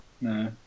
No